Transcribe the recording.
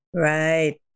Right